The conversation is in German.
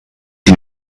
die